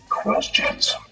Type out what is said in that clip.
questions